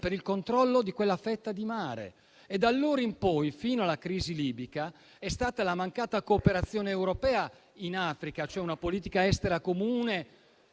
per il controllo di quella fetta di mare. Da allora in poi, fino alla crisi libica, è stata la mancata cooperazione europea in Africa, cioè una politica estera comune